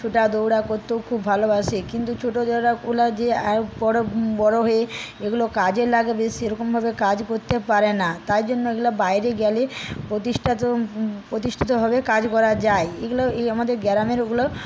ছোটা দৌড়া করতেও খুব ভালোবাসে কিন্তু ছোটো দৌড়াগুলা যে বড়ো বড়ো হয়ে এগুলো কাজে লাগে বেশী সেরকমভাবে কাজ করতে পারে না তাই জন্য এগুলা বাইরে গেলে প্রতিষ্ঠা তো প্রতিষ্ঠিতভাবে কাজ করা যায় এগুলো এই আমাদের গ্রামেরগুলো